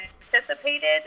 anticipated